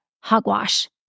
hogwash